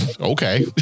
okay